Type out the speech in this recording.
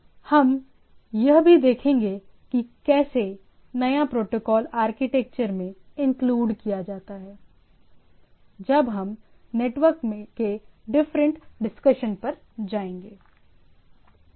हम यह भी देखेंगे की कैसे नया प्रोटोकोल आर्किटेक्चर में इंक्लूड किया जाता है जब हम नेटवर्क के डिफरेंट डिस्कशन पर जाएंगे